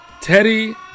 Teddy